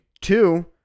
Two